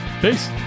Peace